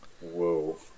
Whoa